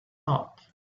heart